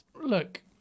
look